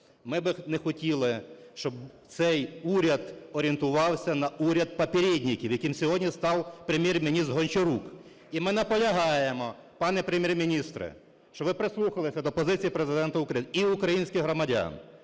Ми би не хотіли, щоб цей уряд орієнтувався на уряд попередників, яким сьогодні став Прем'єр-міністр Гончарук. І ми наполягаємо, пане Прем'єр-міністре, щоб ви прислухалися до позиції Президента України і українських громадян